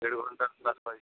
দেড় ঘন্টা class five